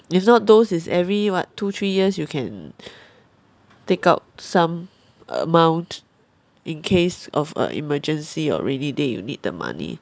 it's not those it's every what two three years you can take out some amount in case of a emergency or rainy day you need the money